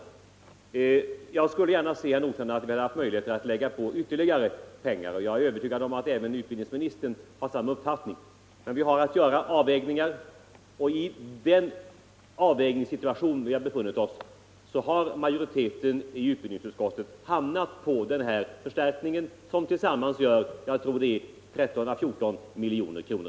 Jag skulle gärna se, herr Nordstrandh, att vi hade möjligheter att lägga på ytterligare pengar, och jag är övertygad om att även utbildningsministern har samma uppfattning. Men vi har haft att göra avvägningar, och i den avvägningssituation där vi befunnit oss har majoriteten i utbildningsutskottet hamnat på den här förstärkningen, som totalt innebär 14 å 15 milj.kr.